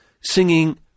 singing